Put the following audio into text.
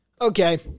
Okay